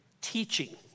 teaching